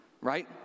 right